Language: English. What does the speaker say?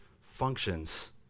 functions